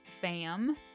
Fam